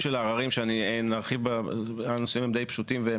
של העררים שהנושאים הם די פשוטים והם